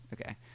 Okay